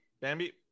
Bambi